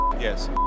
Yes